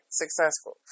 successful